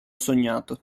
sognato